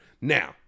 Now